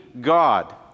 God